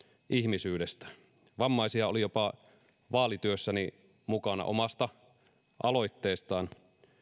ihmisyydestä vammaisia oli jopa vaalityössäni mukana omasta aloitteestaan